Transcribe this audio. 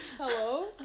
Hello